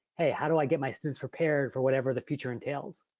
hey, how do i get my students prepared for whatever the future entails?